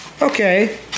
Okay